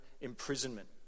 imprisonment